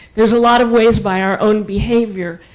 there's a lot of ways, by our own behavior,